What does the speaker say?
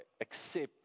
accept